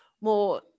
more